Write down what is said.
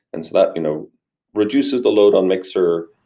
and so that you know reduces the load on mixer.